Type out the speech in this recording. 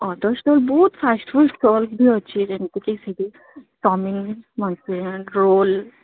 orders ତ ବହୁତ fast fast stall ବି ଅଛି ଯେମତିକି ସିବି ଚାଓମିନ୍ ମଞ୍ଚୁରିଆନ୍ ରୋଲ୍